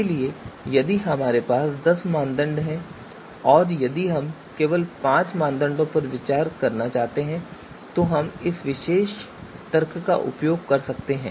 इसलिए यदि हमारे पास दस मानदंड हैं और यदि हम केवल पांच मानदंडों पर विचार करना चाहते हैं तो हम इस विशेष तर्क का उपयोग कर सकते हैं